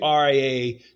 RIA